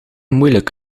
moeilijk